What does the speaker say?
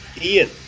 Ian